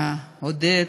ועודד,